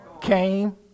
came